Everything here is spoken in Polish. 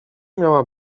miała